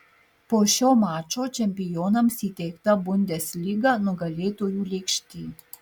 po šio mačo čempionams įteikta bundesliga nugalėtojų lėkštė